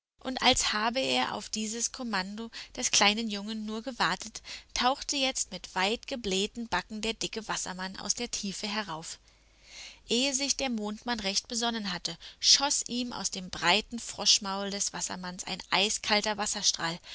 und als habe er auf dieses kommando des kleinen jungen nur gewartet tauchte jetzt mit weit geblähten backen der dicke wassermann aus der tiefe herauf ehe sich der mondmann recht besonnen hatte schoß ihm aus dem breiten froschmaul des wassermanns ein eiskalter wasserstrahl